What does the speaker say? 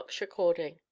recording